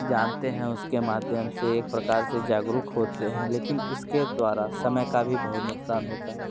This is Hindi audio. जानते हैं उसके माध्यम से एक प्रकार से जागरूक होते हैं लेकिन इसके द्वारा समय का भी बहुत नुकसान होता है